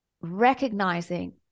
recognizing